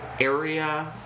area